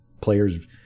players